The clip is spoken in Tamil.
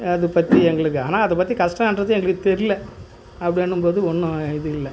அது பற்றி எங்களுக்கு ஆனால் அதை பற்றி கஷ்டம்ன்றது எங்களுக்கு தெரில அப்படினும்போது ஒன்றும் இது இல்லை